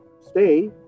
stay